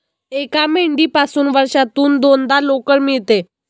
एका मेंढीपासून वर्षातून दोनदा लोकर मिळते